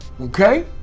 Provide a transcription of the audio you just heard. okay